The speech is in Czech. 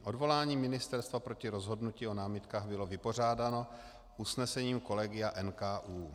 Odvolání ministerstva proti rozhodnutí o námitkách bylo vypořádáno usnesením kolegia NKÚ.